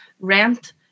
rent